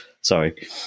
Sorry